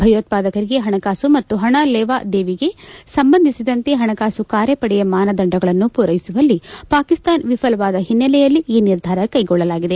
ಭಯೋತ್ವಾಕರಿಗೆ ಹಣಕಾಸು ಮತ್ತು ಹಣ ಲೇವಾದೇವಿಗೆ ಸಂಬಂಧಿಸಿದಂತೆ ಹಣಕಾಸು ಕಾರ್ಯಪಡೆ ಮಾನದಂಡಗಳನ್ನು ಪೊರೈಸುವಲ್ಲಿ ಪಾಕಿಸ್ತಾನ ವಿಫಲವಾದ ಹಿನ್ನೆಲೆಯಲ್ಲಿ ಈ ನಿರ್ಧಾರ ಕೈಗೊಳ್ಳಲಾಗಿದೆ